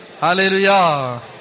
Hallelujah